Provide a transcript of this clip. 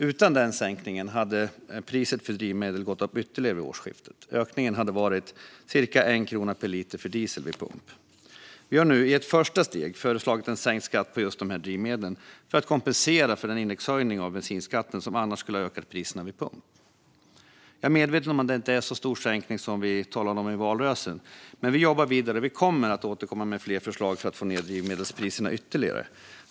Utan denna sänkning skulle priset för drivmedel gå upp ytterligare vid årsskiftet. Ökningen skulle vara cirka 1 krona per liter för diesel vid pump. Vi har nu, i ett första steg, föreslagit en sänkt skatt på just dessa drivmedel för att kompensera för den indexhöjning av bensinskatten som annars skulle ha ökat priserna vid pump. Jag är medveten om att det inte är en så stor sänkning som vi talade om i valrörelsen, men vi jobbar vidare och kommer att återkomma med fler förslag för att få ned drivmedelspriserna ytterligare.